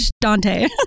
Dante